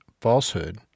falsehood